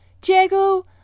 Diego